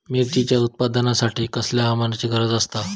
मिरचीच्या उत्पादनासाठी कसल्या हवामानाची गरज आसता?